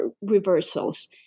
reversals